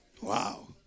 Wow